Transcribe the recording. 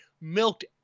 milked